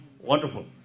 wonderful